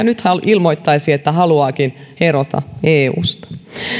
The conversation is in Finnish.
nyt ilmoittaisi että haluaakin erota eusta